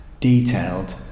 detailed